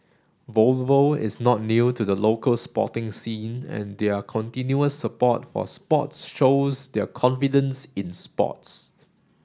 Volvo is not new to the local sporting scene and their continuous support for sports shows their confidence in sports